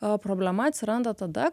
o problema atsiranda tada